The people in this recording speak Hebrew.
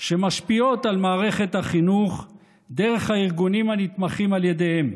שמשפיעות על מערכת החינוך דרך הארגונים הנתמכים על ידיהן,